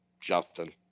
Justin